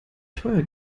teuer